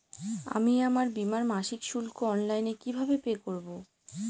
আমি কি আমার বীমার মাসিক শুল্ক অনলাইনে কিভাবে পে করব?